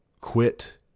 quit